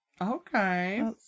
Okay